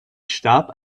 starb